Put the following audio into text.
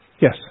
Yes